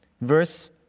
Verse